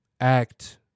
act